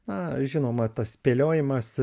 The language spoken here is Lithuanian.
na žinoma tas spėliojimas